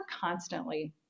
constantly